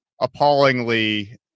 appallingly